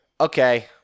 okay